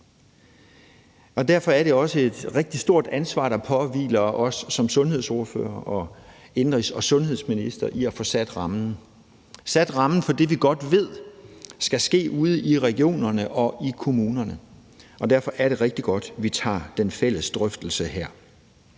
Derfor er det også et rigtig stort ansvar, der påhviler os som sundhedsordførere og indenrigs- og sundhedsminister i at få sat rammen. Vi skal have sat rammen for det, vi godt ved skal ske ude i regionerne og i kommunerne, og derfor er det rigtig godt, at vi tager den fælles drøftelse her.